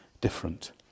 different